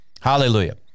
hallelujah